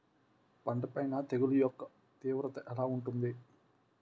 పంట పైన తెగుళ్లు యెక్క తీవ్రత ఎలా ఉంటుంది